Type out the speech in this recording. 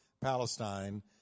Palestine